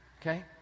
Okay